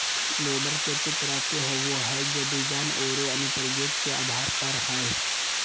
loader केते तरह के होबो हइ, जे डिज़ाइन औरो अनुप्रयोग के आधार पर हइ